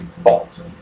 fault